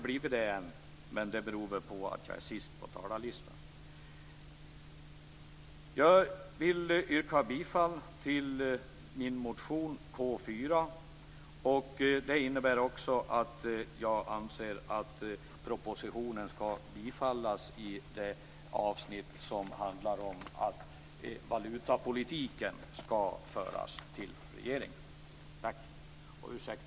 Läs Torsten Svensson! Där finns detta på pränt.